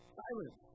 silence